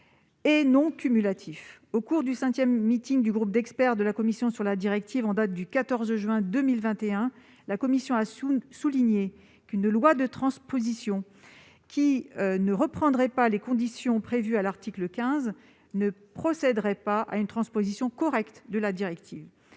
et non cumulatifs. Au cours de la cinquième réunion du groupe d'experts de la Commission sur la directive de 2019, qui s'est tenue le 14 juin 2021, il a été souligné qu'une « loi de transposition qui ne reprendrait pas les conditions prévues à l'article 15 ne procéderait pas à une transposition correcte de la directive